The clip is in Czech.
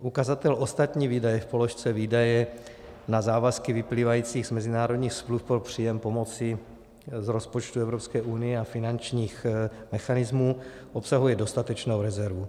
Ukazatel ostatní výdaje v položce výdaje na závazky vyplývající z mezinárodních smluv pro příjem pomoci z rozpočtu Evropské unie a finančních mechanismů obsahuje dostatečnou rezervu.